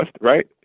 right